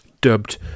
dubbed